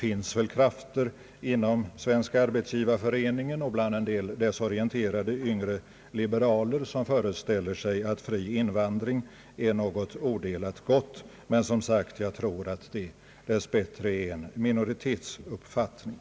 Det finns väl krafter inom Svenska <arbetsgivareföreningen och även en del desorienterade yngre liberaler som föreställer sig att fri invandring är något odelat gott, men jag tror som sagt att det dess bättre är en minoritetsuppfattning.